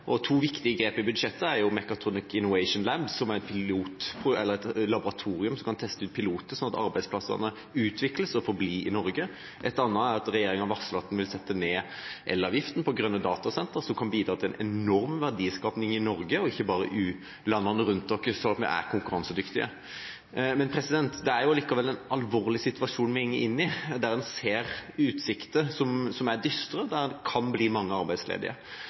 To viktige grep i budsjettet er Mechatronic Innovation Lab, som er et laboratorium som kan teste ut piloter, slik at arbeidsplassene utvikles og forblir i Norge. Et annet er at regjeringen har varslet at den vil sette ned elavgiften for grønne datasentre, som kan bidra til en enorm verdiskaping i Norge – og ikke bare i landene rundt oss – slik at vi er konkurransedyktige. Det er likevel en alvorlig situasjon vi går inn i. En ser dystre utsikter, hvor det kan bli mange arbeidsledige.